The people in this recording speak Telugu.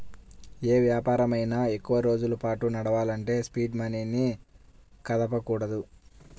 యే వ్యాపారమైనా ఎక్కువరోజుల పాటు నడపాలంటే సీడ్ మనీని కదపకూడదు